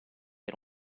era